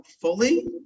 fully